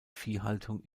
viehhaltung